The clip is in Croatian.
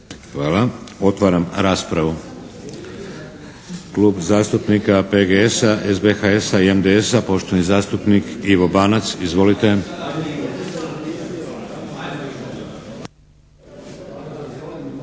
Hvala. Otvaram raspravu. Klub zastupnika PGS-a, SBHS-a i MDS-a, poštovani zastupnik Ivo Banac. Izvolite. **Banac,